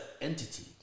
entity